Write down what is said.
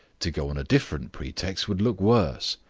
to go on a different pretext would look worse.